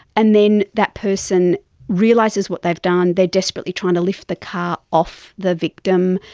and then that person realises what they've done, they're display trying to lift the car off the victim,